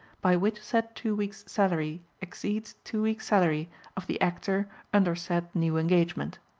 by which said two weeks' salary exceeds two weeks' salary of the actor under said new engagement.